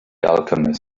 alchemist